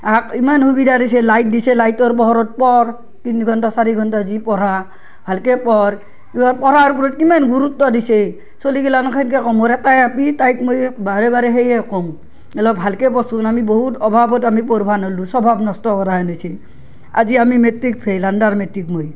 আক ইমান সুবিধা দিছে লাইট দিছে লাইটৰ পোহৰত পঢ় তিনি ঘণ্টা চাৰি ঘণ্টা যি পঢ়া ভালকে পঢ় ইয়াৰ পঢ়াৰ ওপৰত কিমান গুৰুত্ব দিছে চ'লি বিলাক মই সেনকে কওঁ মোৰ এটাই আপী তাইক মই বাৰে বাৰে সেয়ে কওঁ অলপ ভালকে পঢ়চোন আমি বহুত অভাৱত আমি পঢ়িবা নৰলো স্বভাৱ নষ্ট কৰা হেন হৈছি আজি আমি মেট্ৰিক ফেইল আণ্ডাৰমেট্ৰিক মই